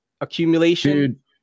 accumulation